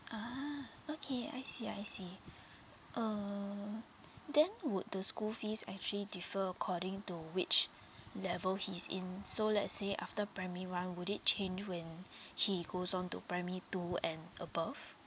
ah okay I see I see uh then would the school fees actually differ according to which level he's in so let's say after primary one would it change when he goes on to primary two and above